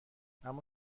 اما